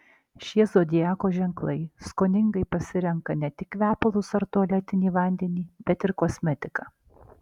šie zodiako ženklai skoningai pasirenka ne tik kvepalus ar tualetinį vandenį bet ir kosmetiką